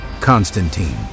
Constantine